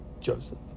Joseph